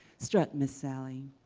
strut, miss sally.